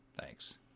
thanks